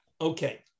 Okay